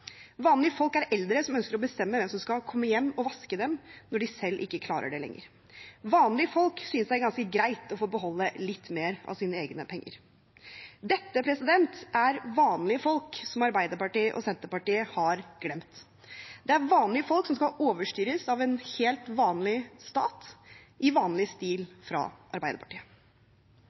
Vanlige folk er eldre som ønsker å bestemme hvem som skal komme hjem til dem og vaske dem når de selv ikke klarer det lenger. Vanlige folk synes det er ganske greit å få beholde litt mer av sine egne penger. Dette er vanlige folk som Arbeiderpartiet og Senterpartiet har glemt. Det er vanlige folk som skal overstyres av en helt vanlig stat i vanlig stil fra Arbeiderpartiet.